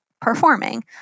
performing